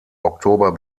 oktober